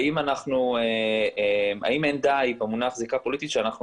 האם אין די במונח זיקה פוליטית שאנחנו